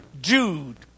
Jude